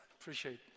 appreciate